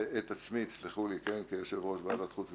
ואת עצמי תסלחו לי כיושב-ראש ועדת חוץ וביטחון.